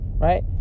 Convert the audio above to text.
Right